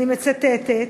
אני מצטטת,